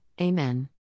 Amen. –